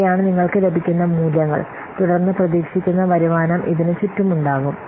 ഇവയാണ് നിങ്ങൾക്ക് ലഭിക്കുന്ന മൂല്യങ്ങൾ തുടർന്ന് പ്രതീക്ഷിക്കുന്ന വരുമാനം ഇതിന് ചുറ്റുമുണ്ടാകും